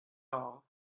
all